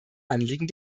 anliegen